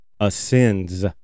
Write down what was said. ascends